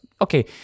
Okay